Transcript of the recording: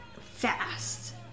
fast